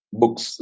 books